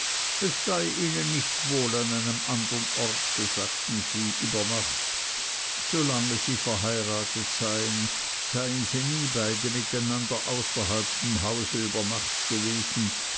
es sei ihnen nicht wohl an einem andern orte sagten sie über nacht solange sie verheiratet seien seien sie nie beide mit einander außerhalb dem hause über nacht gewesen